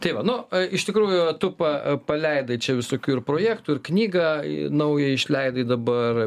tai va nu iš tikrųjų tu pa paleidai čia visokių ir projektų ir knygą naują išleidai dabar